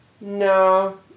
no